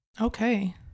Okay